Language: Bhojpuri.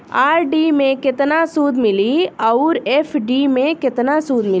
आर.डी मे केतना सूद मिली आउर एफ.डी मे केतना सूद मिली?